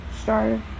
started